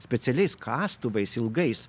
specialiais kastuvais ilgais